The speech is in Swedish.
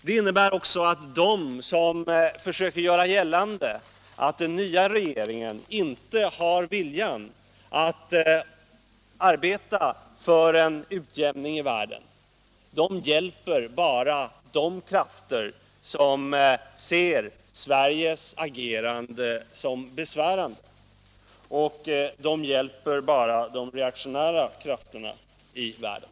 Det innebär också att de som vill göra gällande att den nya regeringen inte har viljan att verka för en utjämning i världen, de hjälper bara de krafter som ser Sveriges agerande som besvärande, de reaktionära krafterna i världen.